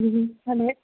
അതെ